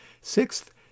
Sixth